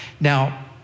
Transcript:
Now